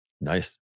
Nice